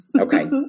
Okay